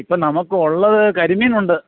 ഇപ്പം നമുക്കുള്ളത് കരിമീനുണ്ട്